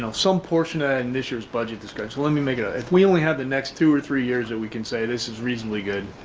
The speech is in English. some portion ah and this year's budget discussion, let me make it that, if we only have the next two or three years that we can say this is reasonably good.